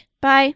Bye